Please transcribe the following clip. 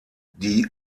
die